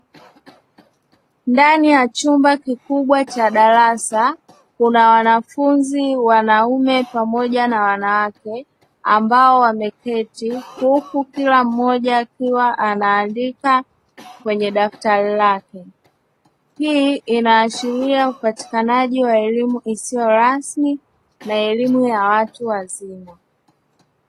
Ndani ya chumba kikubwa cha darasa kuna wanafunzi wanaume pamoja na wanawake, ambao wameketi huku kila mmoja akiwa anaandika kwenye daftari lake. Hii inaashiria upatikanaji wa elimu isiyo rasmi na elimu ya watu wazima.